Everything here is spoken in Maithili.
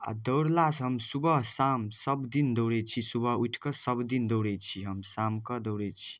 आओर दौड़लासँ हम सुबह शाम सबदिन दौड़ै छी सुबह उठिकऽ सबदिन दौड़ै छी हम शामके दौड़ै छी